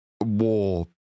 war